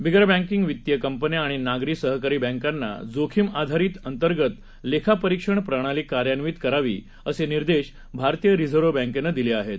बिगरबँकिंगवित्तीयकंपन्याआणिनागरीसहकारीबँकांनाजोखीम आधारितअंतर्गतलेखापरीक्षणप्रणालीकार्यान्वितकरावीअसेनिर्देशभारतीयरिझर्व्हबँकेनंदिलेआहेत